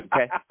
Okay